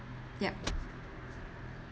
yup